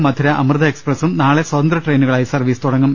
രം മധുര അമൃത എക്സ്പ്രസും നാളെ സ്വതന്ത്ര ട്രെയിനുകളായി സർവീസ് തുട ങ്ങും